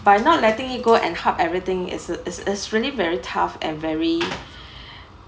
but not letting it go and cope everything is is is really very tough and very